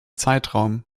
zeitraum